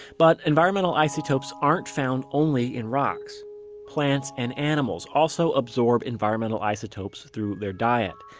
but environmental isotopes aren't found only in rocks plants and animals also absorb environmental isotopes through their diet.